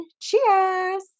cheers